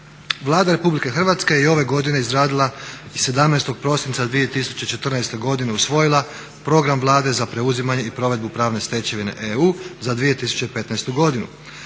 Vlada Republike Hrvatske je u ovoj godini izradila i 17. prosinca 2014. godine usvojila Program Vlade za preuzimanje i provedbu pravne stečevine EU za 2015. godinu.